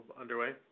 underway